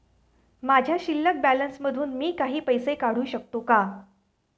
माझ्या शिल्लक बॅलन्स मधून मी काही पैसे काढू शकतो का?